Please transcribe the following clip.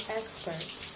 experts